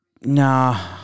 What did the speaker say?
nah